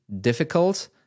difficult